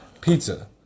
pizza